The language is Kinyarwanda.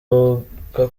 avuga